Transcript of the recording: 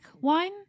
wine